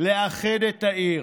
לאחד את העיר,